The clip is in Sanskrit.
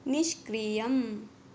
निष्क्रियम्